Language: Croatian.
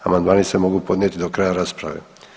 Amandmani se mogu podnijeti do kraja rasprave.